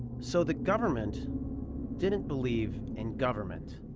so the government didn't believe in government.